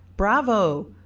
Bravo